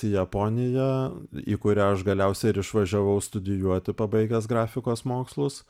japoniją į kurią aš galiausiai ir išvažiavau studijuoti pabaigęs grafikos mokslus